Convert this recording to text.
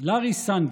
לארי סנגר,